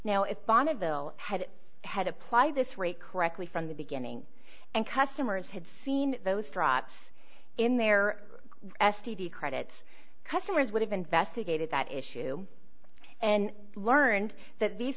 now if bonneville had had applied this rate correctly from the beginning and customers had seen those drops in their s t d credits customers would have investigated that issue and learned that these